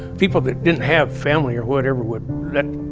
people that didn't have family or whatever would let,